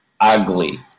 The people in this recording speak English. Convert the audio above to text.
ugly